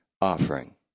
offering